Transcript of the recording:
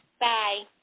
Bye